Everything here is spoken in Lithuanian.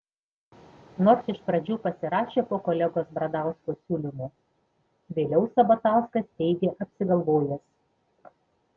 nors iš pradžių pasirašė po kolegos bradausko siūlymu vėliau sabatauskas teigė apsigalvojęs